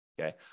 okay